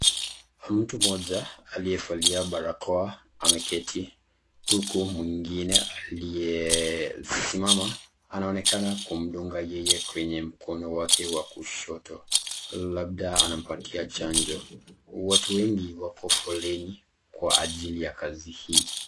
Mtu moja aliyevalia barakoa ameketi huku mwingine aliyesimama anaonekana kumdunga yeye kwenye mkono wake wa kushoto, labda anampatia chanjo, watu wengi wako foleni kwa ajili ya kazi hii.